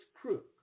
crook